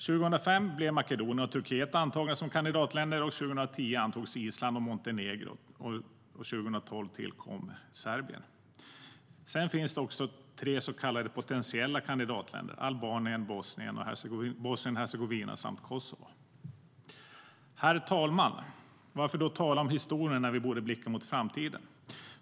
År 2005 blev Makedonien och Turkiet antagna som kandidatländer, och 2010 antogs Island och Montenegro. År 2012 tillkom Serbien. Sedan finns det tre så kallade potentiella kandidatländer: Albanien, Bosnien och Hercegovina samt Kosovo.Herr talman! Varför då tala om historien när vi borde blicka mot framtiden?